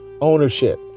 Ownership